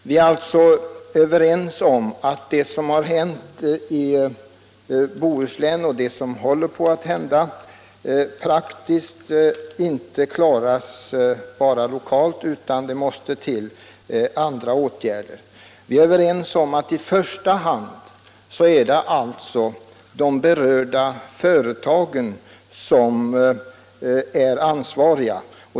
Vi är alltså överens om att det som hänt och håller på att hända i norra Bohuslän praktiskt inte kan klaras lokalt utan att det måste till andra åtgärder. Vi är överens om att det i första hand är de berörda företagen som är ansvariga.